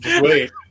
wait